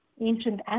ancient